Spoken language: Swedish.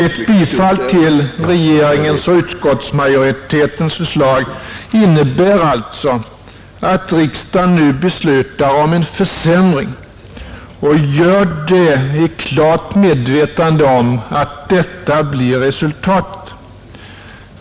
Ett bifall till regeringens och utskottsmajoritetens förslag innebär alltså att riksdagen nu beslutar om en försämring och gör det i klart medvetande om att detta blir resultatet.